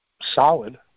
solid